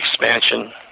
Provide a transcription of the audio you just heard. expansion